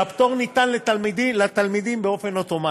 והפטור ניתן לתלמידים באופן אוטומטי.